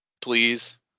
please